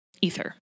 Ether